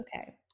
Okay